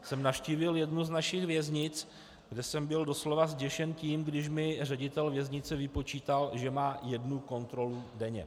Já jsem navštívil jednu z našich věznic, kde jsem byl doslova zděšen tím, když mi ředitel věznice vypočítal, že má jednu kontrolu denně.